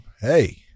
Hey